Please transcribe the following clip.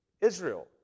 Israel